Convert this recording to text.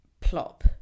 plop